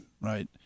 right